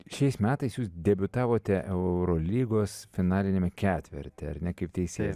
šiais metais jūs debiutavote eurolygos finaliniame ketverte ar ne kaip teisėjas